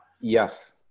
Yes